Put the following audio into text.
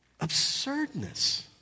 Absurdness